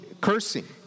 cursing